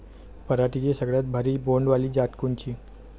पराटीची सगळ्यात भारी बोंड वाली जात कोनची?